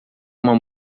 uma